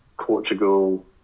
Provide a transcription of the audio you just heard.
Portugal